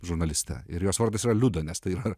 žurnalistę ir jos vardas yra liuda nes tai yra